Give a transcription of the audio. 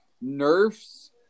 nerfs